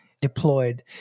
deployed